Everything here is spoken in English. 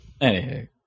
Anywho